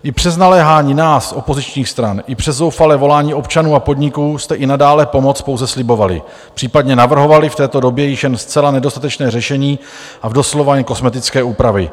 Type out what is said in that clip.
I přes naléhání nás, opozičních stran, i přes zoufalé volání občanů a podniků jste i nadále pomoc pouze slibovali, případně navrhovali v této době již jen zcela nedostatečné řešení a doslova ani kosmetické úpravy.